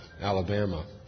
Alabama